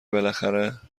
بالاخره